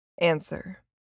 Answer